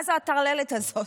מה זה הטרללת הזאת?